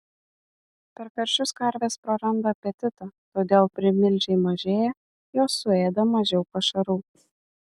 per karščius karvės praranda apetitą todėl primilžiai mažėja jos suėda mažiau pašarų